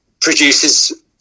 produces